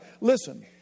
Listen